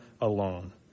alone